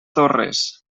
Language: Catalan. torres